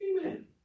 Amen